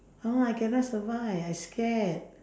!huh! I cannot survive I scared